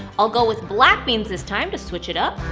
i'll go with black beans this time to switch it up.